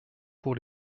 pour